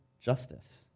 justice